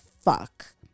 fuck